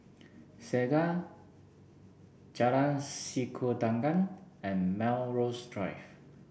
Segar Jalan Sikudangan and Melrose Drive